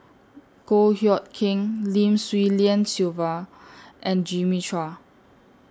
Goh Hood Keng Lim Swee Lian Sylvia and Jimmy Chua